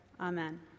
amen